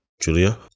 Julia